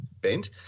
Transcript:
bent